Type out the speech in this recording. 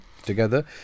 together